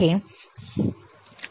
input voltage श्रेणी काय आहे